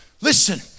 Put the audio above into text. Listen